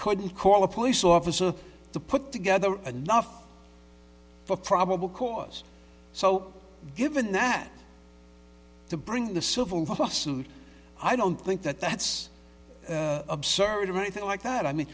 couldn't call a police officer to put together a nuff for probable cause so given that to bring the civil lawsuit i don't think that that's absurd or anything like that i mean